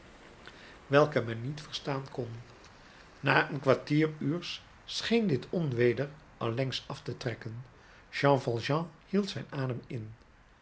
welke men niet verstaan kon na een kwartieruurs scheen dit onweder allengs af te trekken jean valjean hield zijn adem in